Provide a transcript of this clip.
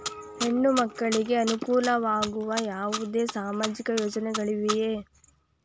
ಹೆಣ್ಣು ಮಕ್ಕಳಿಗೆ ಅನುಕೂಲವಾಗುವ ಯಾವುದೇ ಸಾಮಾಜಿಕ ಯೋಜನೆಗಳಿವೆಯೇ?